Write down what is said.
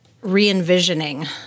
re-envisioning